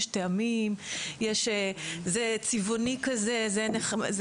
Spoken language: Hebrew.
יש טעמים, זה צבעוני כזה, זה נחמד.